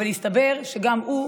אבל הסתבר שגם הוא,